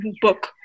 book